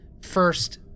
first